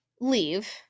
leave